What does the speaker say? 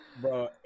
Bro